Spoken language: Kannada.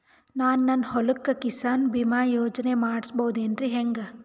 ನಾನು ನನ್ನ ಹೊಲಕ್ಕ ಕಿಸಾನ್ ಬೀಮಾ ಯೋಜನೆ ಮಾಡಸ ಬಹುದೇನರಿ ಹೆಂಗ?